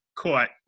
caught